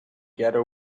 ghetto